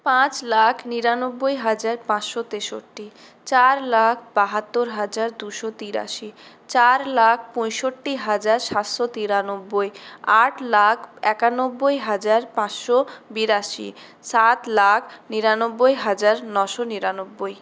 পাঁচ লাখ নিরানব্বই হাজার পাঁচশো তেষট্টি চার লাখ বাহাত্তর হাজার দুশো তিরাশি চার লাখ পঁয়ষট্টি হাজার সাতশো তিরানব্বই আট লাখ একানব্বই হাজার পাঁচশো বিরাশি সাত লাখ নিরানব্বই হাজার নশো নিরানব্বই